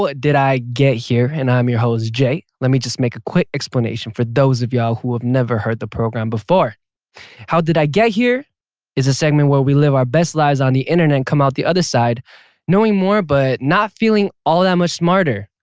did i get here? and i'm your host jae let me just make a quick explanation for those of y'all who have never heard the program before how did i get here is a segment where we live our best lives on the internet come out the other side knowing more but not feeling all that much smarter.